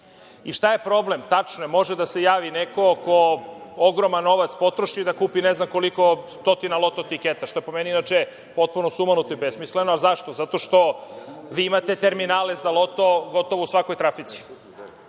šta je problem? Tačno je, može da se javi neko ko ogroman novac potroši da kupi ne znam koliko stotina loto tiketa, što je, po meni, inače potpuno sumanuto i besmisleno, a zašto? Zato što vi imate terminale za loto gotovo u svakoj trafici.I